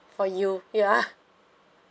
for you you are